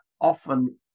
often